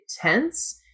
tense